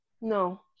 No